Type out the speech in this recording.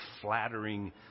flattering